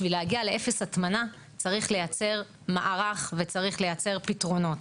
בשביל להגיע ל-0 הטמנה צריך לייצר מערך וצריך לייצר פתרונות.